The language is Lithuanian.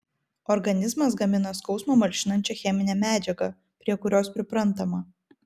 organizmas gamina skausmą malšinančią cheminę medžiagą prie kurios priprantama